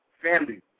Family